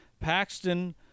Paxton